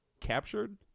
captured